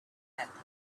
happy